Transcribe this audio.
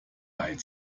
weil